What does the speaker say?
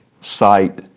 Sight